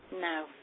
No